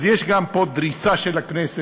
אז יש גם פה דריסה של הכנסת,